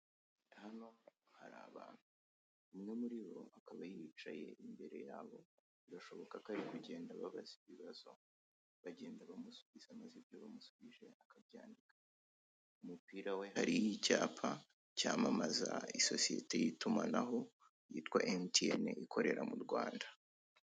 Hano hari abantu, umwe muribo akaba yicaye imbere yabo, birashoboka ko ari kugenda ababaza ibibazo, bagenda bamusubiza maze ibyo bamusubije akabyandika. Ku mupira we hariho icyapa cyamamaza isosiyete y'itumanaho yitwa emutiyene, ikorera mu Rwanda.